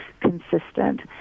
consistent